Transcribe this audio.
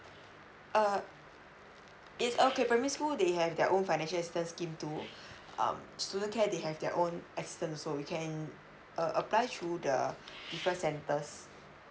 uh it's okay primary school they have their own financial scheme to um student care they have their own assistance als you can uh apply through the different centres